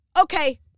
Okay